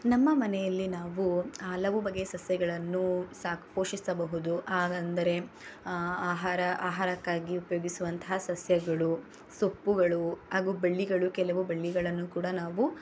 ನಮ್ಮ ಮನೆಯಲ್ಲಿ ನಾವು ಹಲವು ಬಗೆಯ ಸಸ್ಯಗಳನ್ನು ಸಾಕು ಪೋಷಿಸಬಹುದು ಹಾಗೆಂದರೆ ಆಹಾರ ಆಹಾರಕ್ಕಾಗಿ ಉಪಯೋಗಿಸುವಂತಹ ಸಸ್ಯಗಳು ಸೊಪ್ಪುಗಳು ಹಾಗೂ ಬೆಳ್ಳಿಗಳು ಕೆಲವು ಬೆಳ್ಳಿಗಳನ್ನೂ ಕೂಡ ನಾವು